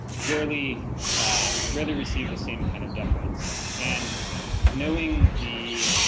rarely rather receive the same kind of deference and knowing the